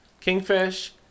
Kingfish